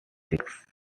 six